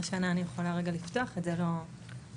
השנה אני יכולה רגע לפתוח, את זה לא הוצאתי.